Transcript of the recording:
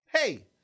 hey